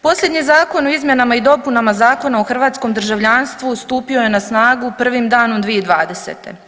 Posljednji Zakon o izmjenama i dopunama Zakona o hrvatskom državljanstvu stupio je snagu prvim danom 2020.